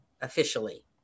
officially